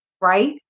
right